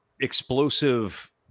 explosive